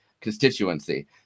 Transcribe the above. constituency